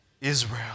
Israel